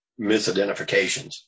misidentifications